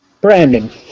Brandon